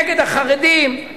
נגד החרדים.